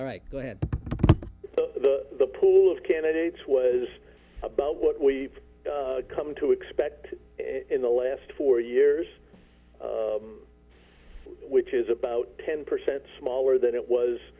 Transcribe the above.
all right go ahead the pool of candidates was about what we've come to expect in the last four years which is about ten percent smaller than it was